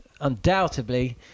undoubtedly